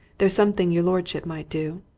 there's something your lordship might do.